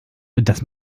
das